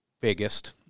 biggest